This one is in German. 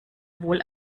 wohl